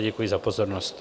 Děkuji za pozornost.